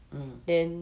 mm